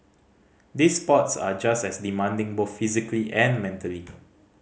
these sports are just as demanding both physically and mentally